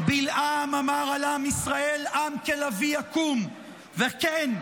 בלעם אמר על עם ישראל: "עם כלביא יקום"; כן,